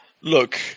Look